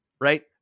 right